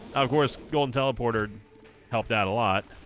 of course golden teleporter helped out a lot